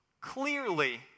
Clearly